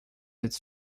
its